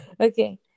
Okay